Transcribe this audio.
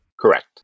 Correct